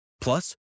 Plus